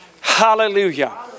Hallelujah